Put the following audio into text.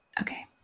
okay